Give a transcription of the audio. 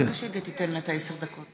זה רק מוכיח את הדברים, אין פה אפילו שר.